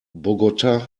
bogotá